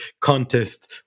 contest